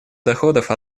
доходов